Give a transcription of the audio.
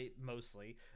mostly